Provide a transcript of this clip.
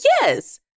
yes